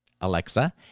alexa